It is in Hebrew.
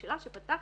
שאלה שפתחתי,